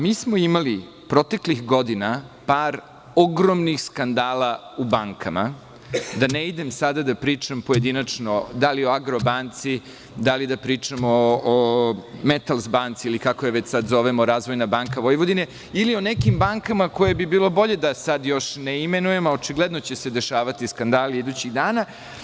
Mi smo imali proteklih godina par ogromnih skandala u bankama da ne idem sada da pričam pojedinačno da li o "Agrobanci", da li da pričamo "Matalsbanci" ili kako je već sada zovemo "Razvojna banka Vojvodine" ili o nekim bankama koje bi bilo bolje da još ne imenujem, a očigledno će se dešavati skandali idućih dana.